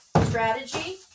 strategy